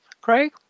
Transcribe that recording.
Craig